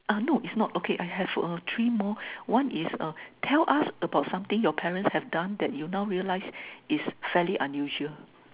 uh no it's not okay I have a three more one is uh tell us about something your parents have done that you now realize it's fairly unusual